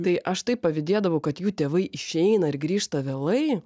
tai aš taip pavydėdavau kad jų tėvai išeina ir grįžta vėlai